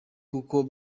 kuko